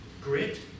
grit